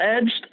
Edged